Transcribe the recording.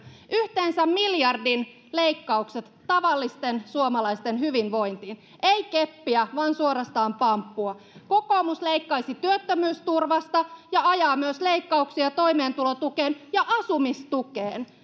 yhteensä miljardin leikkaukset tavallisten suomalaisten hyvinvointiin ei keppiä vaan suorastaan pamppua kokoomus leikkaisi työttömyysturvasta ja ajaa myös leikkauksia toimeentulotukeen ja asumistukeen